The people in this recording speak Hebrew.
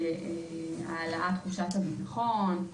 העלאת תחושת הביטחון,